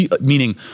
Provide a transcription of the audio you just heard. Meaning